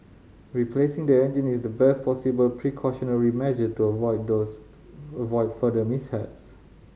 replacing the engine is the best possible precautionary measure to avoid those avoid further mishaps